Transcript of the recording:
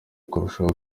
kurushaho